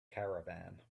caravan